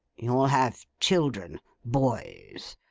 you'll have children boys.